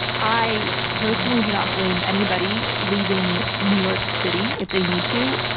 i personally do not blame anybody leaving new york city if they need to,